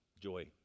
joy